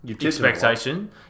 expectation